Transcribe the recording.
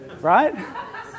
right